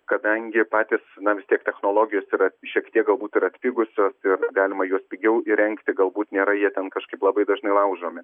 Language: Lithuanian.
kadangi patys na vis tiek technologijos yra šiek tiek galbūt ir atpigusios ir galima juos pigiau įrengti galbūt nėra jie ten kažkaip labai dažnai laužomi